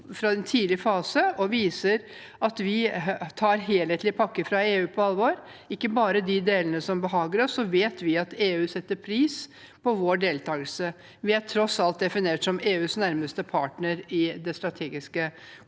fra en tidlig fase og viser at vi tar helhetlige pakker fra EU på alvor – ikke bare de delene som behager oss – vet vi at EU setter pris på vår deltagelse. Vi er tross alt definert som EUs nærmeste partner i det strategiske kompasset,